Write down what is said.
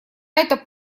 эта